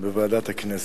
בוועדת הכנסת.